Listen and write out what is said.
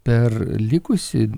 per likusį